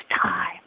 time